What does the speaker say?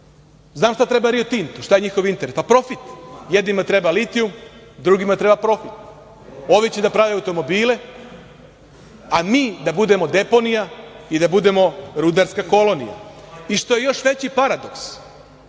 znam šta treba „Rio Tintu“, šta je njihov interes, pa profit, jednima treba litijum, drugima treba profit, ovi će da prave automobile, a mi da budemo deponija i da budemo rudarska kolonija. Što je još veći paradoks,